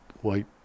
white